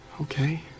Okay